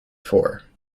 four